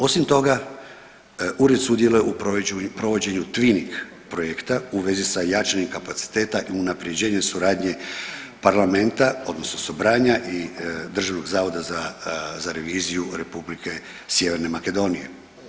Osim toga, ured sudjeluje u provođenju twining projekta u vezi sa jačanjem kapaciteta i unapređenje suradnje parlamenta, odnosno Sobranja i Državnog zavoda za reviziju Republike Sjeverne Makedonije.